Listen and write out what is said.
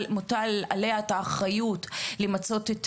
מוטלת עליה אחריות למצות את